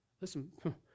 Listen